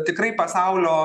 tikrai pasaulio